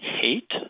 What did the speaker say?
hate